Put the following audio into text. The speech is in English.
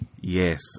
Yes